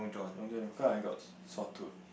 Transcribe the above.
Long John because I got sore throat